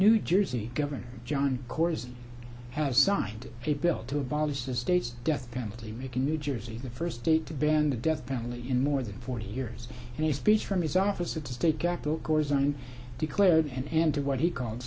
new jersey governor jon corzine has signed a bill to abolish the state's death penalty making new jersey the first state to ban the death penalty in more than forty years and he speech from his office at the state capital corazon declared an end to what he called